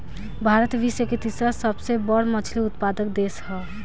भारत विश्व के तीसरा सबसे बड़ मछली उत्पादक देश ह